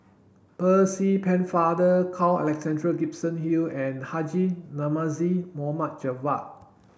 Percy Pennefather Carl Alexander Gibson Hill and Haji Namazie Javad